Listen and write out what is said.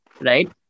Right